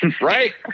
Right